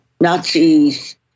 Nazis